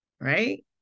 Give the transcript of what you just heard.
right